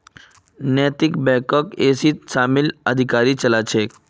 नैतिक बैकक इसीत शामिल अधिकारी चला छे